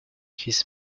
his